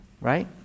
right